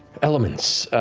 elements.